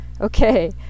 okay